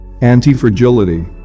Anti-Fragility